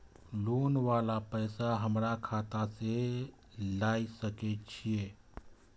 Loan वाला पैसा हमरा खाता से लाय सके छीये?